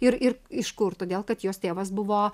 ir ir iš kur todėl kad jos tėvas buvo